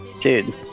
Dude